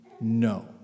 no